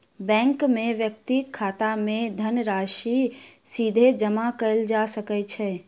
bank मे व्यक्तिक खाता मे धनराशि सीधे जमा कयल जा सकै छै